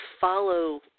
follow